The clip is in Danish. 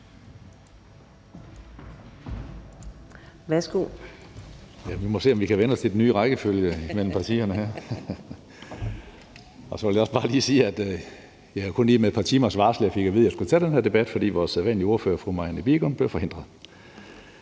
(SF): Vi må se, om vi kan vænne os til den nye rækkefølge mellem partierne her. Og så vil jeg også bare lige sige, at det kun lige er med et par timers varsel, jeg fik at vide, jeg skulle tage den her debat, fordi vores sædvanlige ordfører, fru Marianne Bigum, blev forhindret.